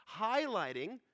highlighting